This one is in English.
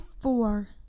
four